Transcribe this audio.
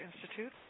Institute